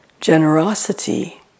Generosity